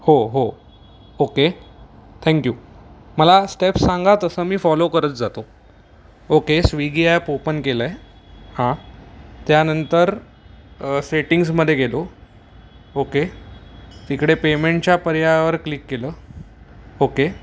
हो हो okay thank you मला स्टेप्स सांगा तसं मी फॉलो करत जातो ओके स्विगी ॲप ओपन केलं आहे हां त्यानंतर सेटिंग्समध्ये गेलो ओके तिकडे पेमेंटच्या पर्यायावर क्लिक केलं ओके